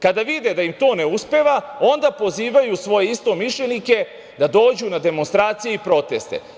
Kada vide da im to ne uspeva, onda pozivaju svoje istomišljenike da dođu na demonstracije i proteste.